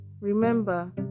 Remember